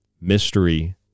mystery